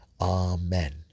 Amen